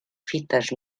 fites